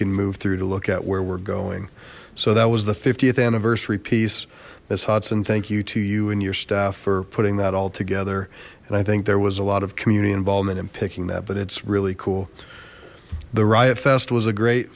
can move through to look at where we're going so that was the th anniversary piece miss hudson thank you to you and your staff for putting that all together and i think there was a lot of community involvement in picking that but it's really cool the riot fest was a great